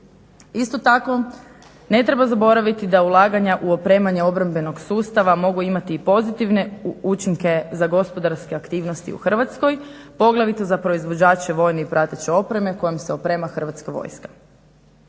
Isto tako, ne treba zaboraviti da ulaganja u opremanje obrambenog sustava mogu imati i pozitivne učinke za gospodarske aktivnosti u Hrvatskoj poglavito za proizvođače vojne i prateće opreme kojom se oprema Hrvatska vojska.